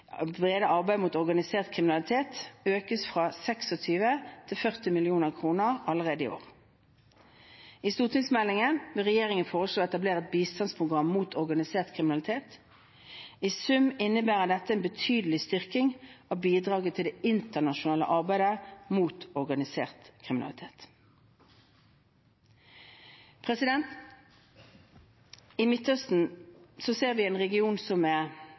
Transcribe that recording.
mot organisert kriminalitet økes fra 26 til 40 mill. kr allerede i år. I stortingsmeldingen vil regjeringen foreslå å etablere et bistandsprogram mot organisert kriminalitet. I sum innebærer dette en betydelig styrking av bidraget til det internasjonale arbeidet mot organisert kriminalitet. I Midtøsten ser vi en region som er